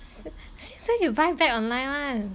si~ since when you buy bag online one